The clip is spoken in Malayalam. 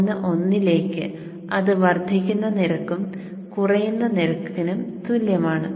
ഒന്ന് ഒന്നിലേക്ക് അത് വർദ്ധിക്കുന്ന നിരക്കും കുറയുന്ന നിരക്കും തുല്യമാണ്